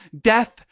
death